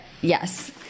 yes